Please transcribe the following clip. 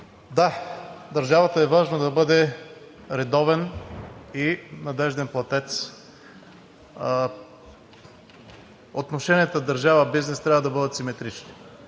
е държавата да бъде редовен и надежден платец. Отношенията държава – бизнес трябва да бъдат симетрични.